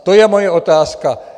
To je moje otázka.